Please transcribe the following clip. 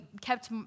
kept